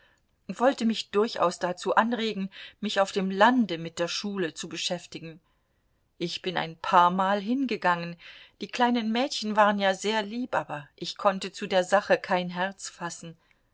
wollte mich durchaus dazu anregen mich auf dem lande mit der schule zu beschäftigen ich bin ein paarmal hingegangen die kleinen mädchen waren ja sehr lieb aber ich konnte zu der sache kein herz fassen